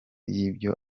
y’ibyo